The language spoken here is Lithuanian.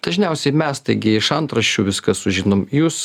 dažniausiai mes taigi iš antraščių viską sužinom jūs